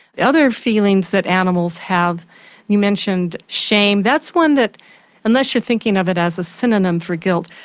the other feelings that animals have you mentioned shame that's one that unless you're thinking of it as a synonym for guilt,